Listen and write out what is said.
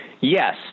yes